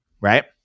right